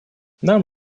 нам